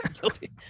guilty